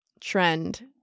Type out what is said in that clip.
trend